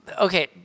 okay